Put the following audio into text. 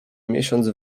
miesiąc